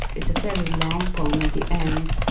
it's a fairly long poem. at the end,